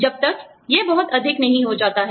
जब तक यह बहुत अधिक नहीं हो जाता है